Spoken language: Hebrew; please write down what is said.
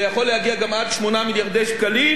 זה יכול להגיע גם עד 8 מיליארדי שקלים.